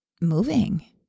moving